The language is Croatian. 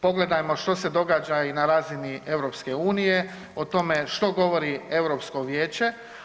Pogledajmo što se događa i na razini EU o tome što govori Europsko vijeće.